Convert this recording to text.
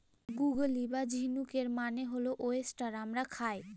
গুগলি বা ঝিনুকের মানে হল ওয়েস্টার আমরা খাই